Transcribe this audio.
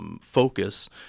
focus